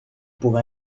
pour